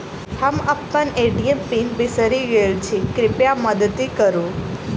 हम अप्पन ATM pin बिसरि गेल छी कृपया मददि करू